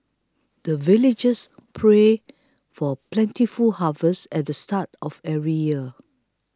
the villagers pray for plentiful harvest at the start of every year